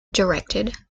directed